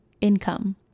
income